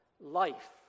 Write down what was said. life